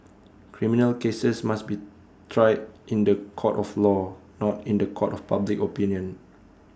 criminal cases must be tried in The Court of law not in The Court of public opinion